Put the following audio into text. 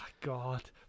God